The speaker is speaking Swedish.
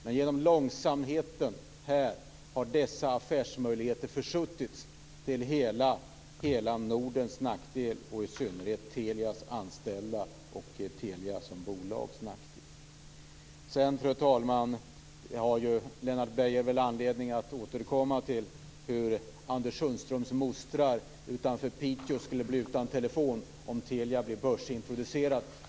Men genom långsamheten här har dessa affärsmöjligheter försuttits till hela Nordens nackdel och i synnerhet till nackdel för Telias anställda och för Telia som bolag. Fru talman! Lennart Beijer har väl anledning att återkomma till hur Anders Sundströms mostrar utanför Piteå skulle bli utan telefon om Telia blev börsintroducerat.